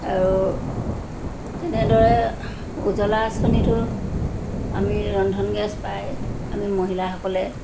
আৰু তেনেদৰে উজলা আঁচনিটো আমি ৰন্ধন গেছ পাই আমি মহিলাসকলে